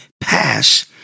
pass